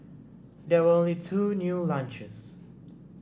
there were only two new launches